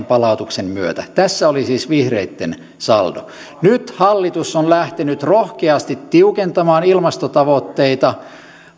palautuksen myötä tässä oli siis vihreitten saldo nyt hallitus on lähtenyt rohkeasti tiukentamaan ilmastotavoitteita